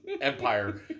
Empire